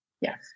Yes